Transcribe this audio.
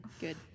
Good